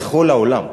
בכל העולם.